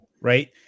right